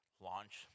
launch